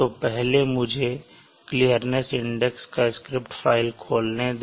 तो पहले मुझे क्लीर्निस इंडेक्स का स्क्रिप्ट फ़ाइल खोलने दें